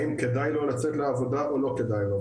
האם כדאי לו לצאת לעבודה או לא כדאי לו.